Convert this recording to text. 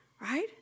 right